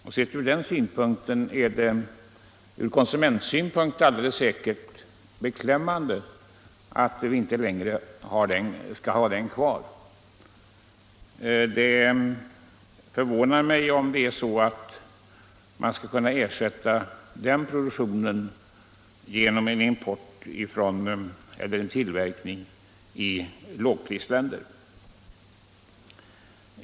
Sett från den synpunkten — alltså från konsumentsynpunkt — är det beklämmande att vi inte längre skall ha denna produktion kvar. Det förvånar mig om det är så att man skulle kunna ersätta den produktionen med tillverkning i lågprisländer.